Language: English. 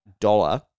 dollar